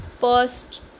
first